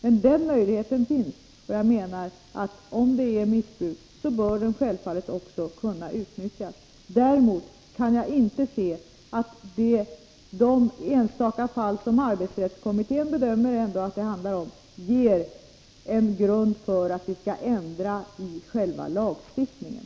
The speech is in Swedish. Men den möjligheten finns, och om det är fråga om missbruk bör den självfallet också kunna utnyttjas. Däremot kan jag inte se att de enstaka fall som arbetsrättskommittén bedömer att det handlar om ger en grund för att ändra i själva lagstiftningen.